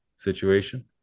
situation